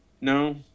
no